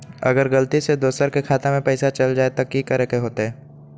अगर गलती से दोसर के खाता में पैसा चल जताय त की करे के होतय?